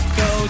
go